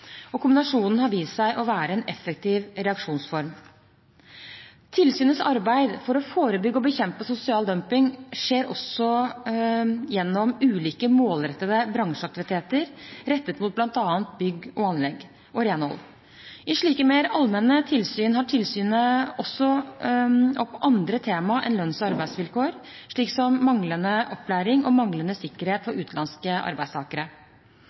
og mangler, og kombinasjonen har vist seg å være en effektiv reaksjonsform. Tilsynets arbeid for å forebygge og bekjempe sosial dumping skjer også gjennom ulike målrettede bransjeaktiviteter rettet mot bl.a. bygg og anlegg, og renhold. I slike mer allmenne tilsyn tar tilsynet også opp andre tema enn lønns- og arbeidsvilkår, slik som manglende opplæring og manglende sikkerhet for utenlandske arbeidstakere.